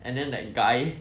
and then that guy